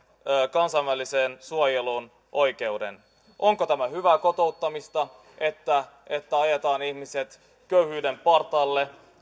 kansainväliseen suojeluun oikeuden onko tämä hyvää kotouttamista että että ajetaan ihmiset köyhyyden partaalle